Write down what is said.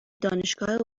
دانشگاه